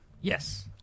Yes